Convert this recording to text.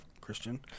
Christian